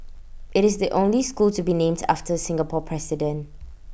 IT is the only school to be named after Singapore president